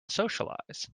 socialize